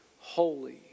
holy